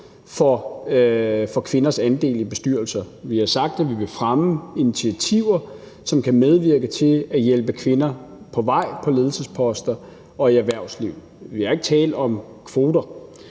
for kvinders andel i bestyrelser. Vi har sagt, at vi vil fremme initiativer, som kan medvirke til at hjælpe kvinder på vej på ledelsesposter og i erhvervslivet. Vi har ikke talt om kvoter.